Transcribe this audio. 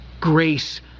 grace